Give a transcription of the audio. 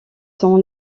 sont